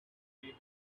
make